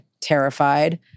terrified